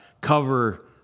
cover